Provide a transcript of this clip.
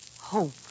hope